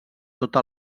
tota